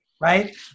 right